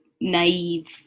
naive